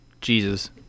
Jesus